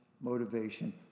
motivation